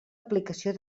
aplicació